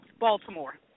Baltimore